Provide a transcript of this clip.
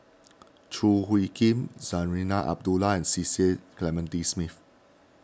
Choo Hwee Kim Zarinah Abdullah and Cecil Clementi Smith